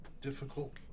difficult